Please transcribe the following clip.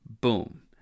boom